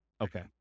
Okay